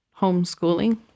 homeschooling